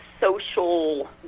social